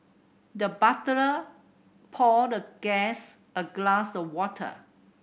the butler poured the guest a glass of water